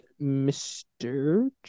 Mr